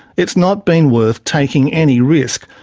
it's not been worth taking any risk,